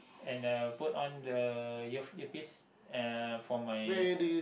and I put on the ear earpiece uh for my